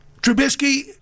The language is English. Trubisky